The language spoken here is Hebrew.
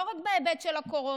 לא רק בהיבט של הקורונה,